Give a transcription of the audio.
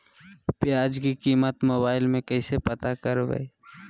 प्याज की कीमत मोबाइल में कैसे पता करबै?